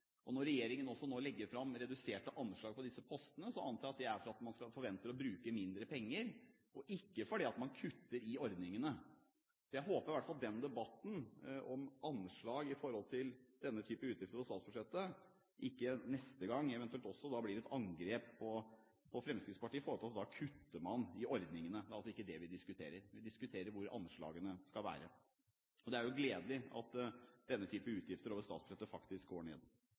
Når regjeringen også nå legger fram reduserte anslag på disse postene, antar jeg det er fordi man forventer å bruke mindre penger, og ikke fordi man kutter i ordningene. Så jeg håper i hvert fall at debatten om anslag når det gjelder denne typen utgifter på statsbudsjettet, ikke neste gang eventuelt også blir et angrep på Fremskrittspartiet for at man kutter i ordningene. Det er ikke det vi diskuterer. Vi diskuterer hvor anslagene skal være. Det er gledelig at denne typen utgifter over statsbudsjettet faktisk går ned.